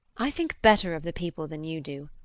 i think better of the people than you do.